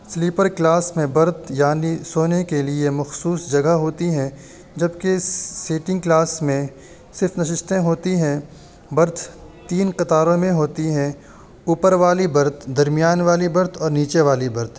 sleeper class میں berth یعنی سونے کے لیے مخصوص جگہ ہوتی ہے جبکہ سیٹنگ کلاس میں صرف نششتیں ہوتی ہیں برتھ تین قطاروں میں ہوتی ہیں اوپر والی برتھ درمیان والی برتھ اور نیچے والی برتھ